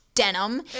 Denim